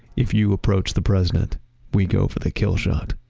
if you approach the president we go for the kill shot.